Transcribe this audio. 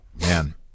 Man